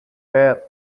where